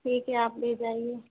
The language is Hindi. ठीक है आप ले जाइए